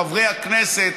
חברי הכנסת,